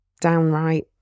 downright